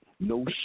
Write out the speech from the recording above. No